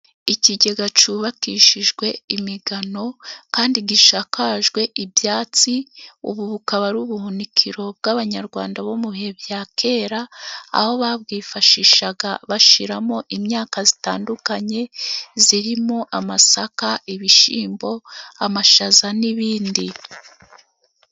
Ikigega cyubakishijwe imigano kandi gishakajwe ibyatsi, ubu bukaba ari ubuhunikiro bw'Abanyarwanda bo mu bihe bya kera, aho babwifashishaga bashyiramo imyaka itandukanye irimo: amasaka, ibishyimbo, amashaza n'ibindi.